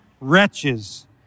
wretches